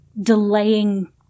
delaying